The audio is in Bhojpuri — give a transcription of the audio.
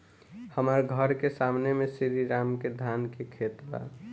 हमर घर के सामने में श्री राम के धान के खेत बा